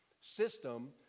system